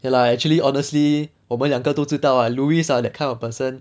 okay lah actually honestly 我们两个都知道 louis that kind of person